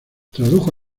tradujo